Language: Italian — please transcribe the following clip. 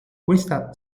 questa